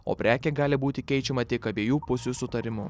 o prekė gali būti keičiama tik abiejų pusių sutarimu